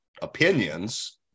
opinions